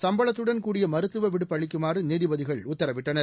சம்பளத்துடன் கூடிய மருத்துவ விடுப்பு அளிக்குமாறு நீதிபதிகள் உத்தரவிட்டனர்